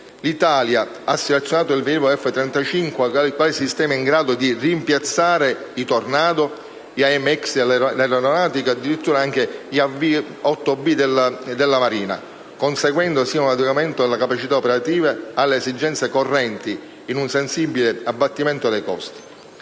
l'Italia ha selezionato il velivolo F-35 quale sistema in grado di rimpiazzare i Tornado e gli AMX dell'Aeronautica e addirittura gli AV-8B della Marina, conseguendo sia un adeguamento delle capacità operative alle esigenze correnti, sia un sensibile abbattimento dei costi.